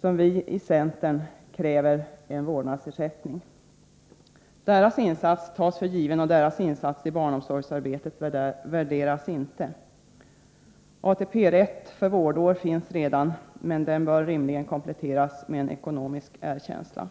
som vi i centern kräver en vårdnadsersättning. Deras insats i barnomsorgsarbetet tas för given och värderas inte. ATP-rätt för vårdår finns redan, men den bör rimligen kompletteras med en ekonomisk erkänsla.